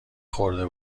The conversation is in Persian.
خورده